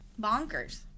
Bonkers